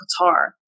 Qatar